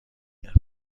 کرد